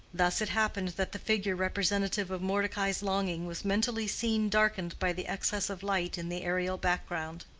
thus it happened that the figure representative of mordecai's longing was mentally seen darkened by the excess of light in the aerial background.